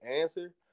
answer